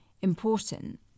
important